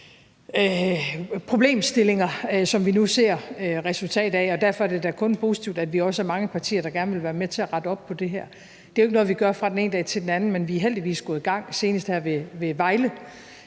problemstillinger, som vi nu ser resultatet af, og derfor er det da kun positivt, at vi også er mange partier, der gerne vil være med til at rette op på det her. Det er jo ikke noget, vi gør fra den ene dag til den anden, men vi er heldigvis gået i gang, senest her ved Vejle